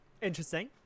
Interesting